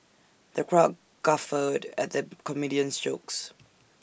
the crowd guffawed at the comedian's jokes